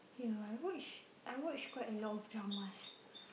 yeah I watch I watch quite a lot of dramas